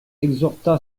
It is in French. exhorta